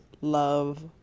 love